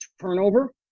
turnover